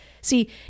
See